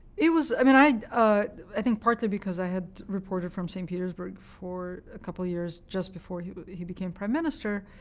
it was i mean i i think partly because i had reported from st. petersburg for a couple of years just before he but he became prime minister,